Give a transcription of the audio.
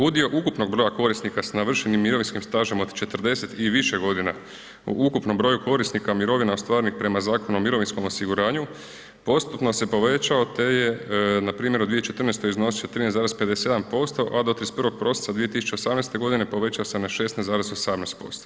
Udio ukupnog broja korisnika s navršenim mirovinskim stažem od 40 i više godina u ukupnom broju korisnika mirovina ostvarenih prema Zakonu o mirovinskom osiguranju postupno se povećao te je na primjer u 2014. iznosio 13,57%, a do 31. prosinca 2018. povećao se na 16,18%